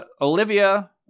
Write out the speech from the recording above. olivia